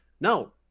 no